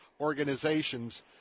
organizations